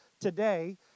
today